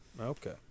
Okay